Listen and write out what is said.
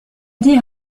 dire